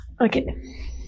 Okay